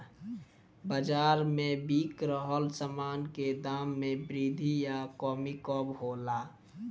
बाज़ार में बिक रहल सामान के दाम में वृद्धि या कमी कब होला?